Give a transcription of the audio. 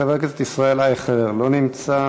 חבר הכנסת ישראל אייכלר, לא נמצא.